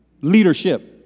leadership